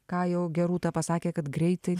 ką jau gerūta pasakė kad greitai